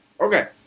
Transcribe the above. Okay